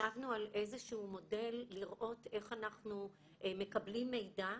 ישבנו על איזשהו מודל לראות איך אנחנו מקבלים מידע,